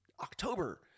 October